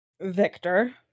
Victor